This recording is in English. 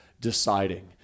Deciding